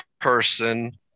person